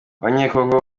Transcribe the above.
abanyekongo